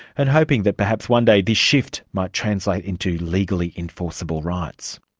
and hoping that perhaps one day this shift might translate into legally enforceable rights.